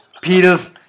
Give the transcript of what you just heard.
Peter's